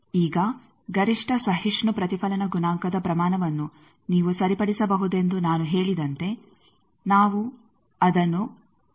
ಈಗ ಗರಿಷ್ಠ ಸಹಿಷ್ಣು ಪ್ರತಿಫಲನ ಗುಣಾಂಕದ ಪ್ರಮಾಣವನ್ನು ನೀವು ಸರಿಪಡಿಸಬಹುದೆಂದು ನಾನು ಹೇಳಿದಂತೆ ನಾವು ಅದನ್ನು ಎಂದು ಕರೆಯೋಣ